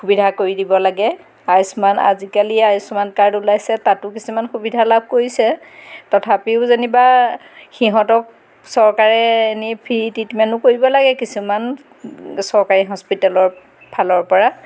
সুবিধা কৰি দিব লাগে আয়ুস্মান আজিকালি আয়ুস্মান কাৰ্ড ওলাইছে তাতো কিছুমান সুবিধা লাভ কৰিছে তথাপিও যেনিবা সিহঁতক চৰকাৰে এনেই ফ্ৰী ট্ৰিটমেণ্টো কৰিব লাগে কিছুমান চৰকাৰী হস্পিটেলৰ ফালৰ পৰা